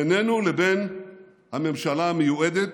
בינינו לבין הממשלה המיועדת,